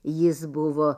jis buvo